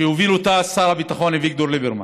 שהוביל אותה שר הביטחון אביגדור ליברמן.